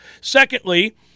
Secondly